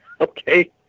Okay